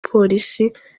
polisi